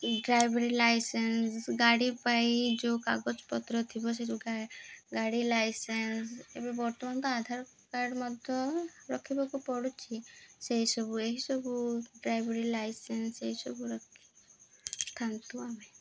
driving licence ଗାଡ଼ି ପାଇଁ ଯେଉଁ କାଗଜପତ୍ର ଥିବ ସେ ଯେଉଁ ଗାଡ଼ି ଲାଇସେନ୍ସ ଏବେ ବର୍ତ୍ତମାନ ତ ଆଧାର କାର୍ଡ଼ ମଧ୍ୟ ରଖିବାକୁ ପଡ଼ୁଛି ସେହିସବୁ ଏହିସବୁ ଡ୍ରାଇଭିଂ ଲାଇସେନ୍ସ ଏହିସବୁ ରଖି ଥାନ୍ତୁ ଆମେ